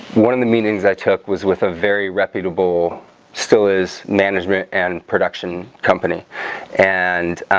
one of the meetings that took was with a very reputable stiller's management and production company and